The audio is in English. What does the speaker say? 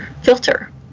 filter